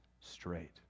straight